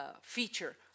feature